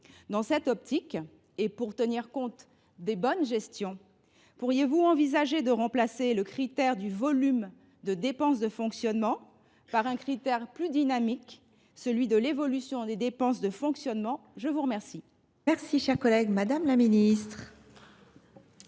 Dans cette optique et pour tenir compte de la bonne gestion, pourriez vous envisager de remplacer le critère du volume de dépenses de fonctionnement par un critère plus dynamique, celui de l’évolution des dépenses de fonctionnement ? La parole est à Mme la ministre.